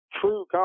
true